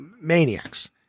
maniacs